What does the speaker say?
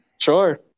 Sure